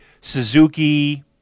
Suzuki